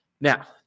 Now